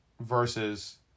versus